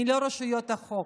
אני לא רשויות החוק.